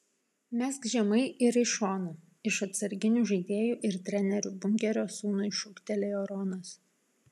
mesk žemai ir į šoną iš atsarginių žaidėjų ir trenerių bunkerio sūnui šūktelėjo ronas